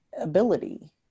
ability